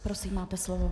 Prosím, máte slovo.